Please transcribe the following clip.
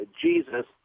Jesus